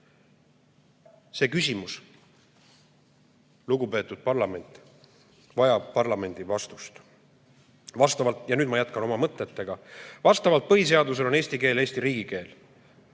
See küsimus, lugupeetud parlament, vajab parlamendi vastust. Ja nüüd ma jätkan oma mõtetega. Vastavalt põhiseadusele on eesti keel Eesti riigikeel.